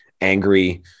angry